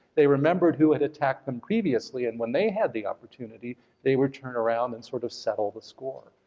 they remembered who had attacked them previously and when they had the opportunity they would turn around and sort of settle the score.